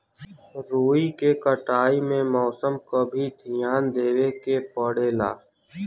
रुई के कटाई में मौसम क भी धियान देवे के पड़ेला